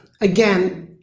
again